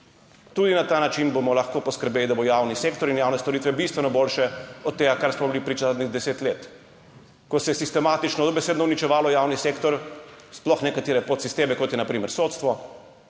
Tudi na ta način bomo lahko poskrbeli, da bodo javni sektor in javne storitve bistveno boljše od tega, čemur smo bili priča zadnjih deset let, ko se je dobesedno sistematično uničevalo javni sektor, sploh nekatere podsisteme, kot je na primer sodstvo,